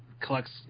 collects